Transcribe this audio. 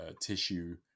Tissue